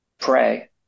Pray